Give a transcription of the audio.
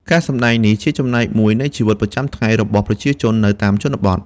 ការសម្តែងនេះជាចំណែកមួយនៃជីវិតប្រចាំថ្ងៃរបស់ប្រជាជននៅតាមជនបទ។